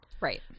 Right